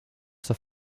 zur